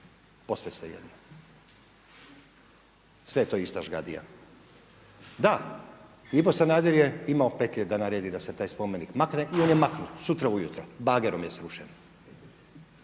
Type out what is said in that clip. posve svejedno. Sve je to ista žgadija. Da, Ivo Sanader je imao petlje da naredi da se taj spomenik makne i on je maknut sutra ujutro, bagerom je srušen.